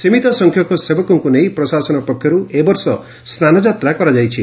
ସୀମିତ ସଂଖ୍ୟକ ସେବକଙ୍କୁ ନେଇ ପ୍ରଶାସନ ପକ୍ଷରୁ ଏବର୍ଷ ସ୍ନାନଯାତ୍ରା କରାଯାଇଛି